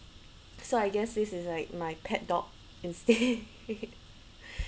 so I guess this is like my pet dog instead